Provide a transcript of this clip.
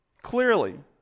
Clearly